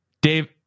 Dave